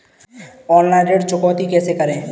Online ऋण चुकौती कैसे करें?